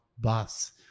bus